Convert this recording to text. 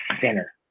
sinner